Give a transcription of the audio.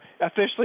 officially